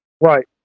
Right